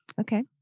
Okay